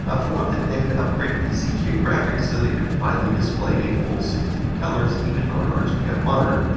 ah for one thing, they had upgraded the cga graphics so that it could finally display a full sixteen colors even on an rgbi monitor,